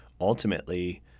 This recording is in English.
ultimately